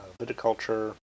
Viticulture